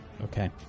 Okay